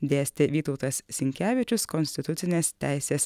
dėstė vytautas sinkevičius konstitucinės teisės